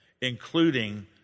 including